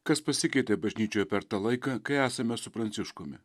kas pasikeitė bažnyčioje per tą laiką kai esame su pranciškumi